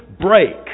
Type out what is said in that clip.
break